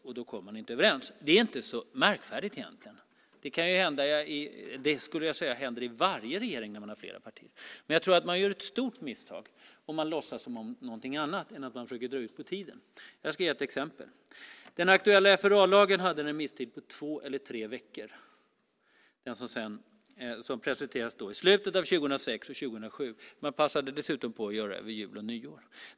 Då kommer man inte överens. Det är inte så märkvärdigt. Det händer i varje regering med flera partier. Men jag tror att man gör ett stort misstag om man låtsas som något annat än att man försöker dra ut på tiden. Jag ska ge ett exempel. Den aktuella FRA-lagen hade en remisstid på två eller tre veckor. Den presenterades i slutet av 2006 och början av 2007. Man passade på över jul och nyår.